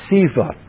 Siva